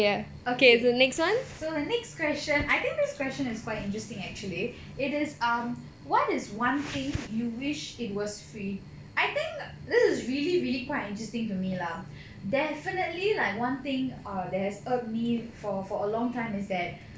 okay so the next question I think this question is quite interesting actually it is um what is one thing you wish it was free I think this is really really quite interesting to me lah definitely like one thing err that has irked me for for a long time is that